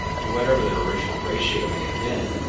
and whatever their original ratio may have been,